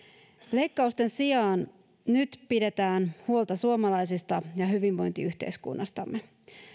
leikkausten sijaan nyt pidetään huolta suomalaisista ja hyvinvointiyhteiskunnastamme